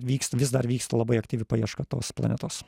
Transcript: vyksta vis dar vyksta labai aktyvi paieška tos planetos